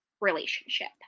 relationship